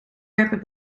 werpen